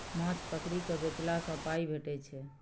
माछ पकरि केँ बेचला सँ पाइ भेटै छै